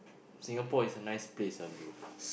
Singapore is a nice place lah brother